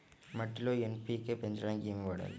మట్టిలో ఎన్.పీ.కే పెంచడానికి ఏమి వాడాలి?